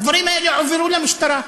הדברים האלה הועברו למשטרה.